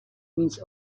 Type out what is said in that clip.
means